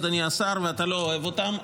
אדוני השר ואתה לא אוהב אותן,